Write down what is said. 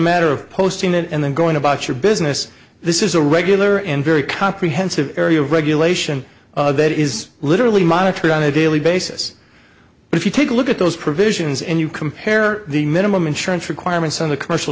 matter of posting it and then going about your business this is a regular and very comprehensive area of regulation that is literally monitored on a daily basis if you take a look at those provisions and you compare the minimum insurance requirements on the commercial